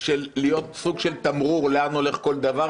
להיות סוג של תמרור לאן הולך כל דבר,